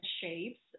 shapes